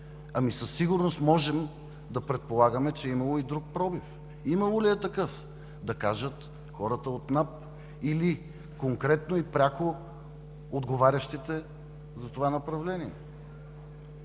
ами, със сигурност можем да предполагаме, че е имало и друг пробив. Имало ли е такъв – да кажат хората от НАП или конкретно и пряко отговарящите за това направление.